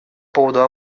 поводу